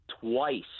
twice